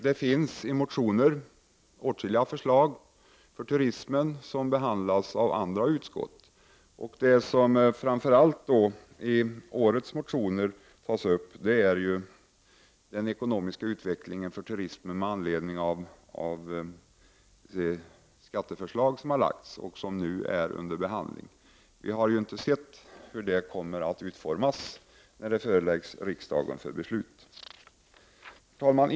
Det finns åtskilliga motioner med förslag på turismens område som behandlas av andra utskott. Det som framför allt tas upp i årets motioner är den ekonomiska utvecklingen för turismen med anledning av det skatteförslag som har lagts fram och som nu är under behandling. Vi har inte sett hur detta förslag kommer att utformas när det senare föreläggs riksdagen för beslut. Herr talman!